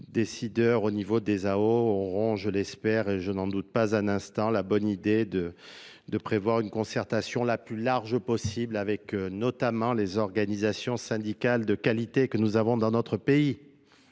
Os auront, je l'espère, et je n'en doute pas un instant la bonne idée de de prévoir une concertation la plus large possible avec notamment les organisations syndicales de qualité, que nous avons dans notre pays,